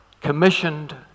commissioned